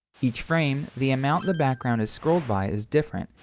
each frame, the amount the background is scrolled by is different,